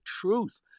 truth